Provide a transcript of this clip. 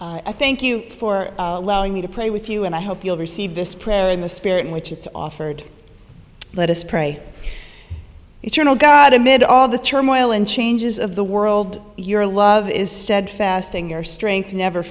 levering i thank you for allowing me to play with you and i hope you'll receive this prayer in the spirit in which it's offered let us pray eternal god amid all the turmoil and changes of the world your love is steadfast in your strength never